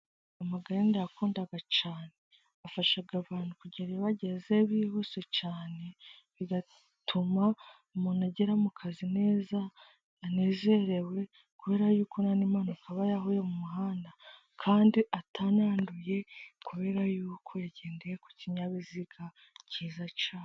Amagare ndayakunda cyane afasha abantu kugera iyo bageze bihuse cyane, bigatuma umuntu agera mu kazi neza anezerewe, kubera yuko nta n'impanuka aba yahuye mu muhanda kandi atananduye, kubera yuko aba yagendeye ku kinyabiziga cyiza cyane.